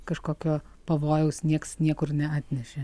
kažkokio pavojaus nieks niekur neatnešė